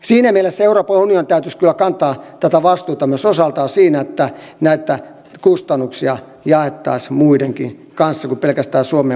siinä mielessä euroopan unionin täytyisi kyllä myös kantaa tätä vastuuta osaltaan siinä että näitä kustannuksia jaettaisiin muidenkin kanssa kuin pelkästään suomen maksettavaksi